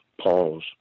pause